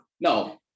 No